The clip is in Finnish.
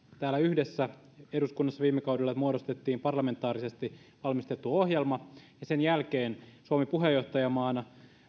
täällä eduskunnassa yhdessä viime kaudella muodostettiin parlamentaarisesti valmisteltu ohjelma sen jälkeen suomen roolina puheenjohtajamaana